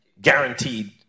guaranteed